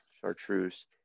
chartreuse